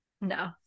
No